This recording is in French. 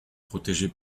protégés